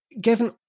given